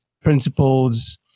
principles